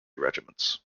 regiments